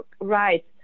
right